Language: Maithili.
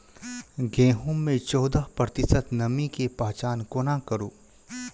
गेंहूँ मे चौदह प्रतिशत नमी केँ पहचान कोना करू?